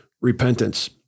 repentance